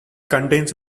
contains